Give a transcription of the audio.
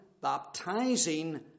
baptizing